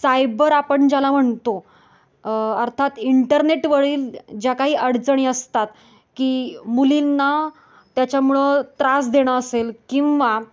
cyber आपण ज्याला म्हणतो अर्थात इंटरनेटवरील ज्या काही अडचणी असतात की मुलींना त्याच्यामुळं त्रास देणं असेल किंवा